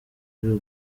ari